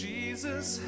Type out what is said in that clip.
Jesus